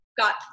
got